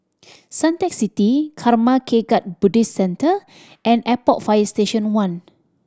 Suntec City Karma Kagyud Buddhist Centre and Airport Fire Station One